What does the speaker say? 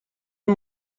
این